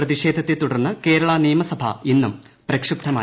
F പ്രതിഷേധത്തെ തുടർന്ന് കേരള നിയമസഭാ ഇന്നും പ്രക്ഷുബ്ധമായി